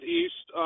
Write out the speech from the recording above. east